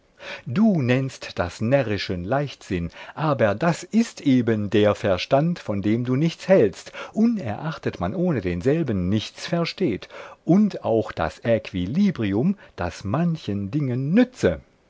du nennst das närrischen leichtsinn aber das ist eben der verstand von dem du nichts hältst unerachtet man ohne denselben nichts versteht und auch das äquilibrium das zu manchen dingen nütze